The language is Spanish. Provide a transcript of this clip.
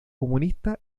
comunista